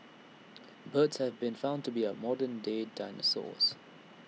birds have been found to be our modern day dinosaurs